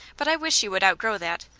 but i wish you would out grow that.